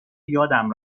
یادم